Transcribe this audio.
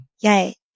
Yay